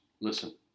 Listen